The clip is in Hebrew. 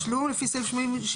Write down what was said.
(1) הסכום לתשלום לפי סעיף 78כד,